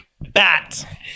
bat